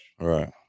Right